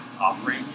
offering